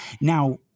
Now